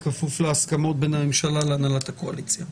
בכפוף להסכמות בין הממשלה להנהלת הקואליציה.